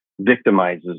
victimizes